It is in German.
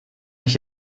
ich